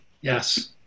Yes